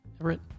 Everett